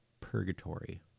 purgatory